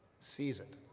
seize it,